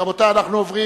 רבותי, אנחנו עוברים